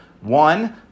One